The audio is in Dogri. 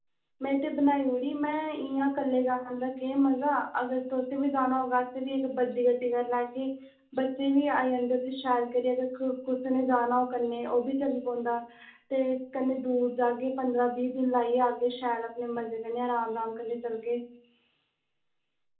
में ते बनाई उड़ी में इयां कल्ले जाने दा केह् मजा अगर तुसें बी जाना होगा अस बी इक बड्डी गड्डी करी लैगे बच्चे बी आई जन्दे उत्थै शैल करियै ते कुसे नै जाना हो कन्नै ओह् बी चली पौंदा ते कन्नै दूर जाह्गे पन्दरां बीह् दिन लाइयै आगे शैल अपनै मजे कन्नै अराम अराम कन्नै चलगे